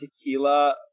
tequila